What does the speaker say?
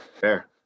Fair